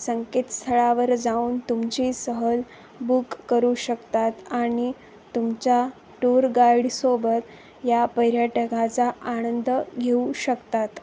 संकेतस्थळावर जाऊन तुमची सहल बुक करू शकतात आणि तुमच्या टूर गाईडसोबत या पर्यटकाचा आनंद घेऊ शकतात